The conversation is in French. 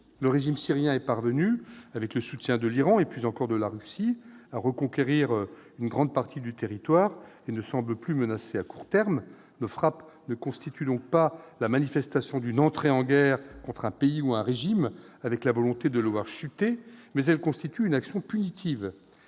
Le régime syrien est parvenu, avec le soutien de l'Iran et plus encore de la Russie, à reconquérir une grande partie du territoire et ne semble plus menacé à court terme. Nos frappes ne constituent donc pas la manifestation d'une entrée en guerre contre un pays ou un régime avec la volonté de le voir chuter, mais elles constituent une action punitive.